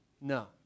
No